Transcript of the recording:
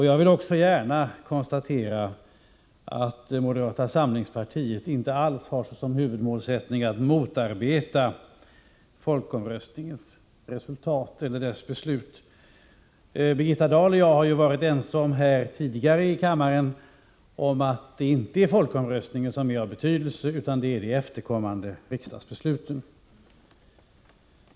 Jag vill också gärna konstatera att moderata samlingspartiet inte alls har som huvudmålsättning att motarbeta folkomröstningens resultat eller beslut. Birgitta Dahl och jag har tidigare här i kammaren varit överens om att det inte är folkomröstningen som är av betydelse, utan det är de efterkommande riksdagsbesluten.